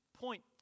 point